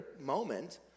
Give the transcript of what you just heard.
moment